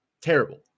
terrible